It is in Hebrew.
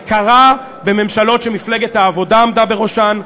זה קרה בממשלות שמפלגת העבודה עמדה בראשן,